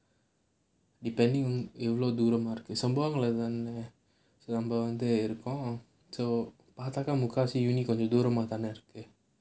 depending எவ்ளோ தூரமா இருக்கு:evlo thooramaa irukku sembagam வளைவு தானே நம்ம வந்து இருக்கோம்:valaivu thaanae namma vanthu irukkom so பார்த்தாக்க முக்காவாசி வீடும் கொஞ்சம் தூரமா தானே இருக்கு:paarthaakka mukkavaasi veedum konjam thooramaa irukku